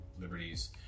liberties